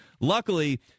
Luckily